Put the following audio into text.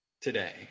today